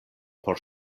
por